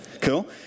Cool